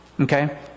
Okay